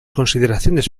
consideraciones